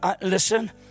listen